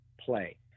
play